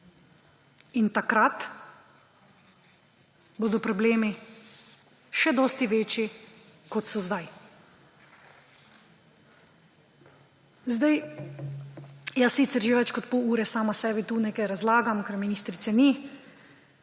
In takrat bodo problemi še dosti večji, kot so zdaj. Zdaj, jaz sicer že več kot pol ure sama sebi tu nekaj razlagam, ker ministrice ni,